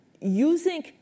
using